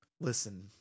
Listen